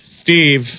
Steve